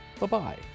Bye-bye